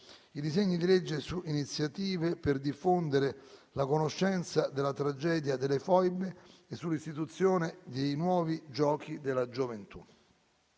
i disegni di legge su iniziative per diffondere la conoscenza della tragedia delle foibe e sull’istituzione dei nuovi giochi della gioventù.